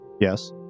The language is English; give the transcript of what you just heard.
Yes